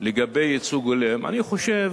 לגבי ייצוג הולם, אני חושב